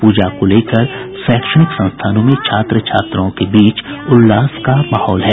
पूजा को लेकर शैक्षणिक संस्थानों में छात्र छात्राओं के बीच उल्लास का माहौल है